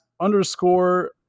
underscore